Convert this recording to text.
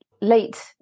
late